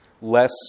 less